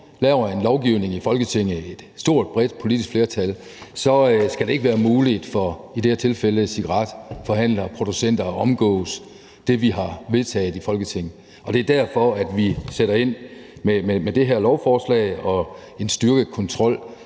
ryge, og når vi i Folketinget – i et stort, bredt politisk flertal – laver lovgivning, skal det ikke være muligt for i det her tilfælde cigaretforhandlere og -producenter at omgå det, vi har vedtaget i Folketinget. Og det er derfor, at vi sætter ind med det her lovforslag og en styrket kontrol